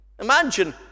Imagine